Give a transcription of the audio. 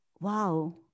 Wow